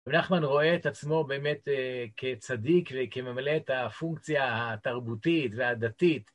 מנחמן רואה את עצמו באמת כצדיק וכממלא את הפונקציה התרבותית והדתית.